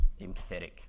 empathetic